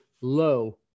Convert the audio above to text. low